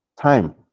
time